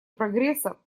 прогресса